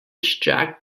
jack